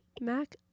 mac